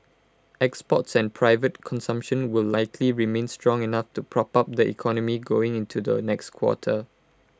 exports and private consumption will likely remain strong enough to prop up the economy going into the next quarter